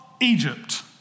Egypt